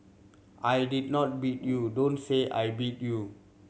I did not beat you don't say I beat you